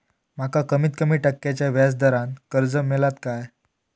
माका कमीत कमी टक्क्याच्या व्याज दरान कर्ज मेलात काय?